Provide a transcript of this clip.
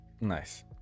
Nice